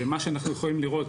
מה שאנחנו יכולים לראות,